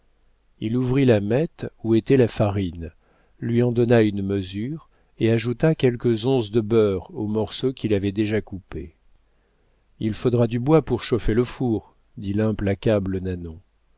il ouvrit la mette où était la farine lui en donna une mesure et ajouta quelques onces de beurre au morceau qu'il avait déjà coupé il faudra du bois pour chauffer le four dit l'implacable